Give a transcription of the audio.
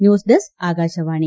news desk Akashvani